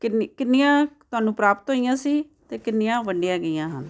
ਕਿਨ ਕਿੰਨੀਆਂ ਤੁਹਾਨੂੰ ਪ੍ਰਾਪਤ ਹੋਈਆਂ ਸੀ ਅਤੇ ਕਿੰਨੀਆਂ ਵੰਡੀਆਂ ਗਈਆਂ ਹਨ